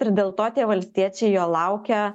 ir dėl to tie valstiečiai jo laukia